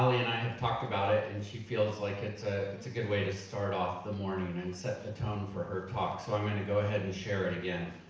talked about it and she feels like it's it's a good way to start off the morning and and set the tone for her talk, so i'm gonna go ahead and share it again.